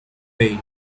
pail